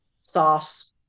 sauce